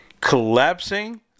collapsing